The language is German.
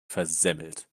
versemmelt